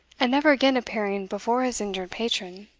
and never again appearing before his injured patron.